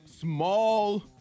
small